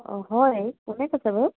অঁ হয় কোনে কৈছে বাৰু